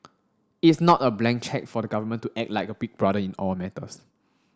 it's not a blank cheque for the government to act like a big brother in all matters